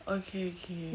ookay ookay